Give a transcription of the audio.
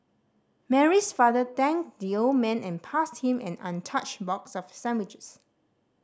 Mary's father thanked the old man and passed him an untouched box of sandwiches